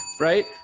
right